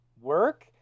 Work